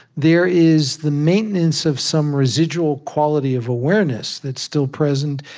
there is the maintenance of some residual quality of awareness that's still present,